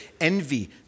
envy